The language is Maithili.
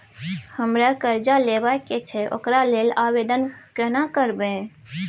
हमरा कर्जा लेबा के छै ओकरा लेल आवेदन केना करबै?